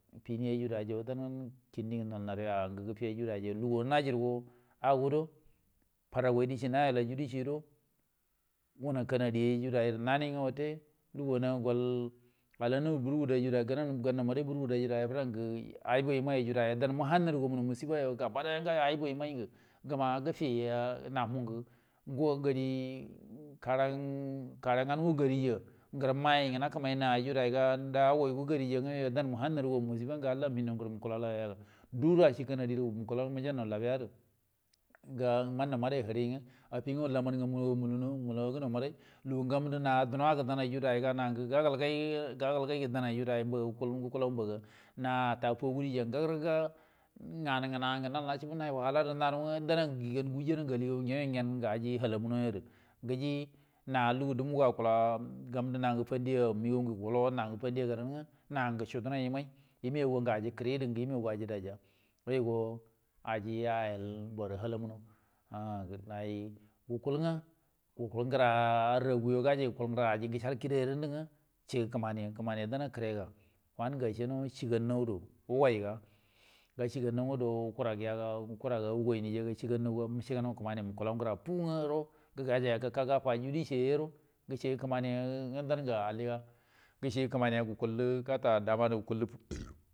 Fini ayrə kin diengu nud naru ya, ngə gəffi lugu naji guro ago guro farrawguay dəcie nayel guro, wunə kanadi ayyay rə dayay gərə nani ngwə wate lugun gol, alananu burgudu ayrə day, gaunaw maday burgudu aybu yemay yu danmu ha nagu gamu masifa yu gaba daya gado aybi yemay ngə gəma gəfiya, gari, kara ngamu go jariya, ngərə mayyay ngə nakəmay naay yugo gariya, yoyu nanmu ha narugamu masifa ngə məhindw ngərə məkula lawayaga nuguro aci kanadi gərə məjaunnaw labiya gərə ga mannaw maday həri ngwə lamar ngamu yu mulu agənaw maday, lugungə na gamundə dunugə danayyu ga gagalgaygə dannay mbaga guku law mbagau ataya fuwaggu dieya ngagərak, nganu ngagə na’al nacebu naru ngwə dangsə gigan guwunjaru ngwə aligagu, yoyun gyen ngə aji halla muya gərə, gəji na lugu dumu ga gamundə nangə fandiya gə məgw gə golaw nangu fandiya gadau ngwə nangal cudənay yəmay, yəmayaygu aji kərə gərə ngə yəmay aga aji daya, yoyu go aji ayel bəru halla munnaw um gərə day gukul ngwə, gukul gəra arraguwa gajay gukul gərə ajingə gəcal kida yarə ngtudu cega kəmani, kəmani danna kire ga wanəngu ace ceganna gərə wugay ga, gaceganaw ngwə do wu kəraga wuguayni yaga ceguannaw, ga məce gəna kəmani nukulaw gərafu ara, gajay ga gəka gaffarə decero, cegə kəmani angwə dangə alliga, gəcega kəmani gata dama gərə gukulrə uhm.